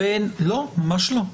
ממש לא.